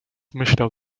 myślał